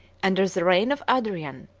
under the reign of adrian,